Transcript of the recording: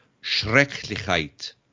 Schrecklichkeit